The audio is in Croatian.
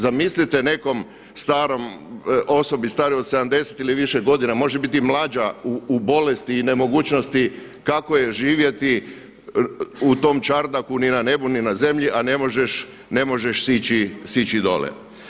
Zamislite nekom starom, osobi starijoj od 70 i više godina, može biti i mlađa u bolesti i nemogućnosti kako je živjeti u tom čardaku ni na nebu ni na zemlji a ne možeš sići dolje.